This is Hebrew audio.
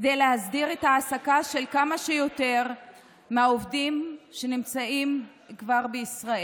כדי להסדיר את ההעסקה של כמה שיותר מהעובדים שנמצאים כבר בישראל.